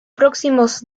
próximos